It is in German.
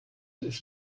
ist